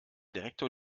direktor